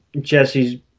Jesse's